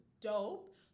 dope